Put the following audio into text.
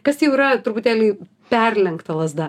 kas jau yra truputėlį perlenkta lazda